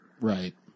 Right